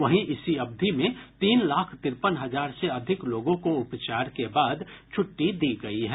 वहीं इसी अवधि में तीन लाख तिरपन हजार से अधिक लोगों को उपचार के बाद छुट्टी दी गयी है